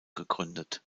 gegründet